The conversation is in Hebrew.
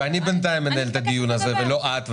בינתיים אני מנהל את הדיון הזה ולא את.